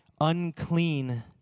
unclean